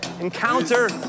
encounter